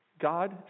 God